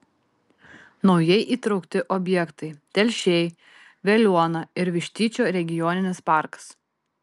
naujai įtraukti objektai telšiai veliuona ir vištyčio regioninis parkas